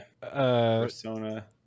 Persona